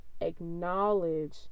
acknowledge